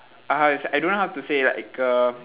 uh how to sa~ I don't know how to say like a